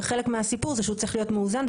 וחלק מהסיפור זה שהוא צריך להיות מאוזן,